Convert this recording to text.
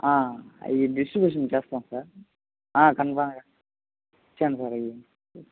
ఆ ఇవి డిస్ట్రిబ్యూషన్ చేస్తాం సార్ ఆ కన్ఫర్మ్ సార్